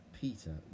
Peter